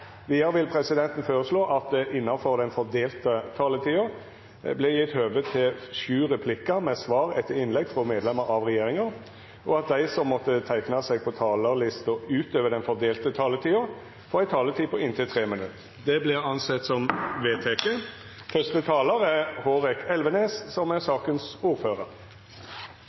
Videre vil presidenten foreslå at det – innenfor den fordelte taletid – blir gitt anledning til inntil seks replikker med svar etter innlegg fra medlemmer av regjeringen, og at de som måtte tegne seg på talerlisten utover den fordelte taletid, får en taletid på inntil